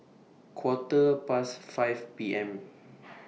Quarter Past five P M